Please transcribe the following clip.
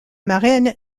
marraine